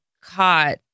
caught